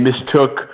mistook